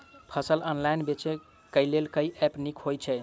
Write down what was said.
फसल ऑनलाइन बेचै केँ लेल केँ ऐप नीक होइ छै?